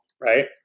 Right